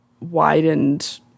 widened